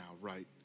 right